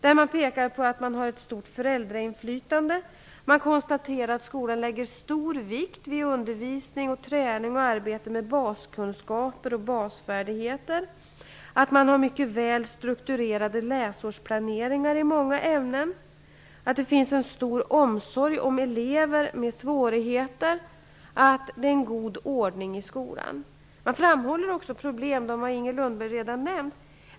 Skolverket pekar på det stora föräldrainflytandet, att skolan lägger stor vikt vid undervisning, träning och arbete med baskunskaper och basfärdigheter. Skolan har väl strukturerade läsårsplaner i många ämnen, det finns en stor omsorg om elever med svårigheter och det är en god ordning i skolan. I rapporten framhålls det även vissa problem, och dem har Inger Lundberg redan nämnt.